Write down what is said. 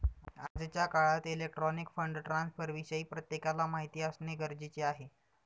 आजच्या काळात electronic fund ट्रान्स्फरविषयी प्रत्येकाला माहिती असणे गरजेचे आहे